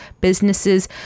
businesses